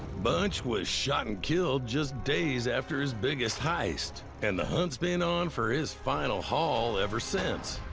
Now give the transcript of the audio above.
bunch was shot and killed just days after his biggest heist, and the hunt's been on for his final haul ever since.